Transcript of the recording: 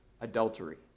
adultery